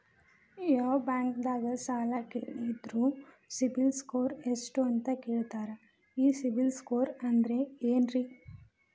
ಯಾವ ಬ್ಯಾಂಕ್ ದಾಗ ಸಾಲ ಕೇಳಿದರು ಸಿಬಿಲ್ ಸ್ಕೋರ್ ಎಷ್ಟು ಅಂತ ಕೇಳತಾರ, ಈ ಸಿಬಿಲ್ ಸ್ಕೋರ್ ಅಂದ್ರೆ ಏನ್ರಿ?